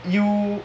you